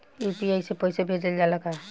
UPI से पईसा भेजल जाला का?